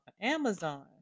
amazon